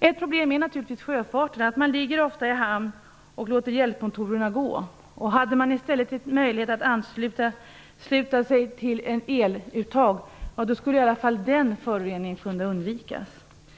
Ett problem är därvid sjöfarten. När man ligger i hamn låter man ofta hjälpmotorerna gå. Hade man i stället möjlighet att ansluta fartyget till ett eluttag, skulle åtminstone föroreningarna därifrån kunna undvikas.